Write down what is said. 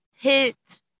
hit